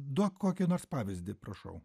duok kokį nors pavyzdį prašau